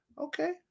Okay